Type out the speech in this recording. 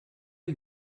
you